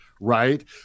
right